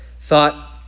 thought